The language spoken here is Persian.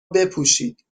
بپوشید